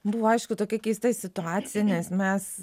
buvo aišku tokia keista situacija nes mes